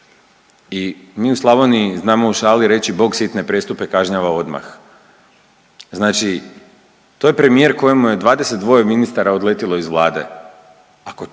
i mi u Slavoniji znamo reći Bog sitne prijestupe kažnjava odmah. Znači to je premijer kojemu je 22 ministara odletilo iz Vlade,